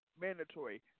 mandatory